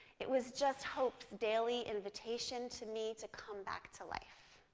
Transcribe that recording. it was just hope's daily invitation to me to come back to life.